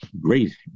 great